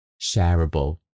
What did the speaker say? shareable